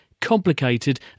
complicated